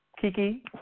Kiki